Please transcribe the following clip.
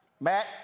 Matt